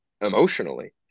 emotionally